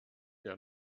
der